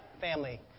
family